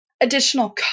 additional